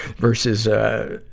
versus, ah,